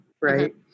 right